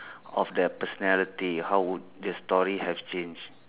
of their personality how would the story have change